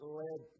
led